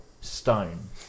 stone